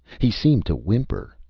he seemed to whimper.